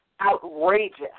outrageous